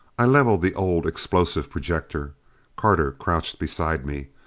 i leveled the old explosive projector carter crouched beside me.